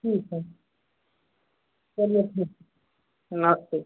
ठीक है चलिए ठीक नमस्ते